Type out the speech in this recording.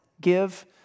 Give